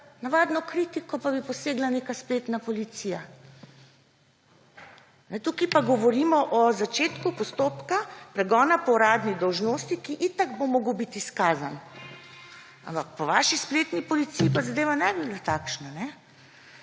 navadno kritiko, pa bi posegla neka spletna policija. Tukaj pa govorimo o začetku postopka, pregona po uradni dolžnosti, ki itak bo moral biti izkazan, ampak po vaši spletni policiji pa zadeva ne bi bila takšna,